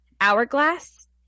Hourglass